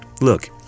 Look